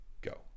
go